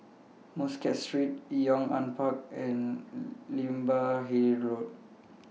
Muscat Street Yong An Park and Imbiah Hill Road